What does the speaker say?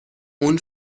اون